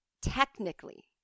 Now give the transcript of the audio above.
technically